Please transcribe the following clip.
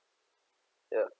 ya